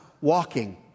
walking